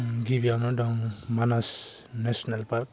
गिबियावनो दं Manas national park